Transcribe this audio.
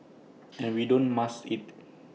and we don't mask IT